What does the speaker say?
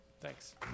Thanks